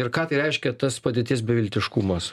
ir ką tai reiškia tas padėties beviltiškumas